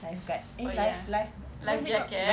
life guard eh life life what is it called